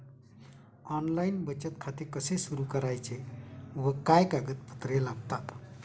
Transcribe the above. Online बचत खाते कसे सुरू करायचे व काय कागदपत्रे लागतात?